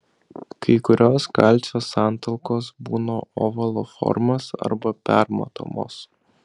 kai kurios kalcio santalkos būna ovalo formos arba permatomos